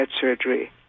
surgery